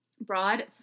Broad